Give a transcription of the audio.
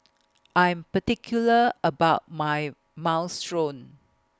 I'm particular about My Minestrone